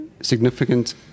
significant